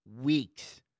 weeks